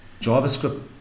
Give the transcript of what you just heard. javascript